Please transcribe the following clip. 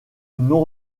non